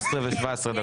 11:17.)